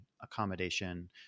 accommodation